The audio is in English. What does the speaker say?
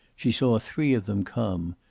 she saw three of them come,